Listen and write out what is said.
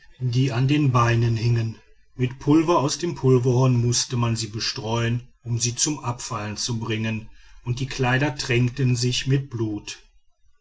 die an den beinen hingen mit pulver aus dem pulverhorn mußte man sie bestreuen um sie zum abfallen zu bringen und die kleider tränkten sich mit blut